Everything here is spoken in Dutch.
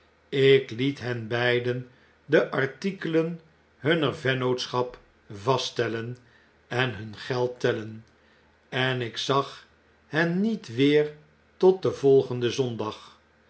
ik liet hen beidende artikelen hunner vennootschap vaststellen en hun geld tellen en ik zag hen niet weer tot de volgenden zondag